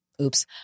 Oops